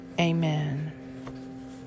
Amen